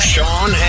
Sean